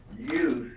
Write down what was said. you